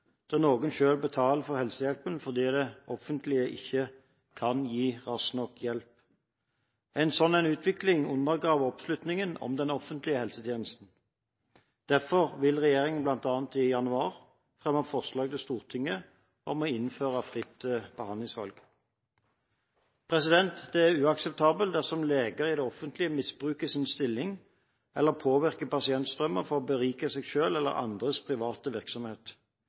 noen selv betaler for helsehjelpen fordi det offentlige ikke kan gi rask nok hjelp. En slik utvikling undergraver oppslutningen om den offentlige helsetjenesten. Blant annet derfor vil regjeringen i januar fremme forslag til Stortinget om å innføre fritt behandlingsvalg. Det er uakseptabelt dersom leger i det offentlige misbruker sin stilling eller påvirker pasientstrømmer for å berike seg selv eller andres private virksomhet.